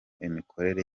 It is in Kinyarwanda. imikorere